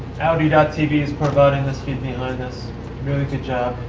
audi tv is providing this behind us. really good job.